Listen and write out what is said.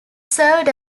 served